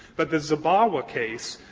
but the zabawa case,